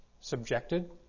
Subjected